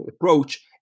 approach